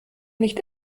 nicht